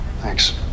thanks